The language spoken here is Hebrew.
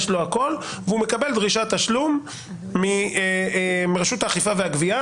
יש לו הכול והוא מקבל דרישת תשלום מרשות האכיפה והגבייה